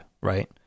right